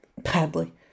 Badly